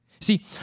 See